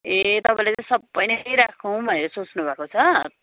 ए तपाईँले चाहिँ सबै नै राखौँ भनेर सोच्नुभएको छ